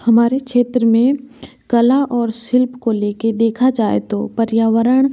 हमारे क्षेत्र में कला और शिल्प को लेकर देखा जाए तो पर्यावरण